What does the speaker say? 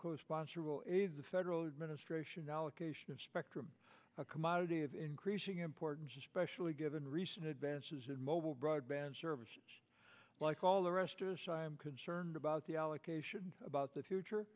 co sponsor will aid the federal administration allocation of spectrum a commodity of increasing importance especially given recent advances in mobile broadband services like all the rest of us i am concerned about the allocation about the future